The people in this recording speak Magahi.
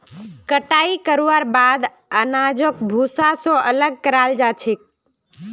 कटाई करवार बाद अनाजक भूसा स अलग कराल जा छेक